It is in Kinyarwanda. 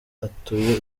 atuye